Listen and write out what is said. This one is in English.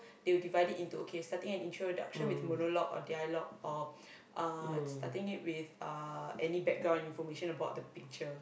they will divide it into okay starting an introduction with monologue or dialogue or uh starting it with uh any background information about the picture